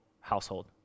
household